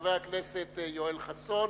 חבר הכנסת יואל חסון,